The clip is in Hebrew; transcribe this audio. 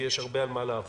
כי יש הרבה על מה לעבוד.